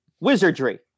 wizardry